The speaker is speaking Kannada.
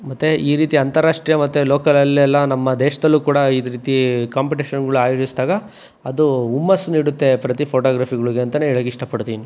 ಮತ್ತು ಈ ರೀತಿ ಅಂತಾರಾಷ್ಟ್ರೀಯ ಮತ್ತು ಲೋಕಲಲ್ಲೆಲ್ಲ ನಮ್ಮ ದೇಶದಲ್ಲೂ ಕೂಡ ಇದೇ ರೀತಿ ಕಾಂಪಿಟೇಷನ್ಗಳು ಆಯೋಜಿಸ್ದಾಗ ಅದು ಹುಮ್ಮಸ್ಸು ನೀಡುತ್ತೆ ಪ್ರತಿ ಫೋಟೋಗ್ರಫಿಗಳ್ಗೆ ಅಂತಾನೆ ಹೇಳಕ್ಕೆ ಇಷ್ಟಪಡ್ತೀನಿ